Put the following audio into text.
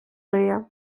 риє